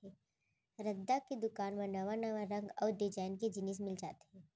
रद्दा के दुकान म नवा नवा रंग अउ डिजाइन के जिनिस मिल जाथे